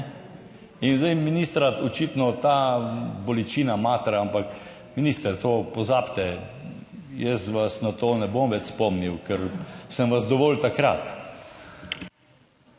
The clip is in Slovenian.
In zdaj ministra očitno ta bolečina matra, ampak minister, to pozabite, jaz vas na to ne bom več spomnil, ker sem vas dovolj takrat.